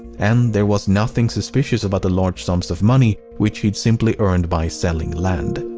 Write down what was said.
and there was nothing suspicious about the large sums of money which he'd simply earned by selling land.